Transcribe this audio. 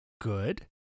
good